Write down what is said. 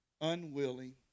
unwilling